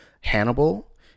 Hannibal